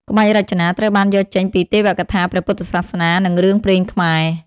ក្បាច់រចនា ត្រូវបានយកចេញពីទេវកថាព្រះពុទ្ធសាសនា និងរឿងព្រេងខ្មែរ។